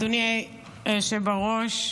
אדוני היושב בראש,